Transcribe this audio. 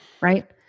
right